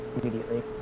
immediately